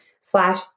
slash